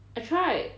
I tried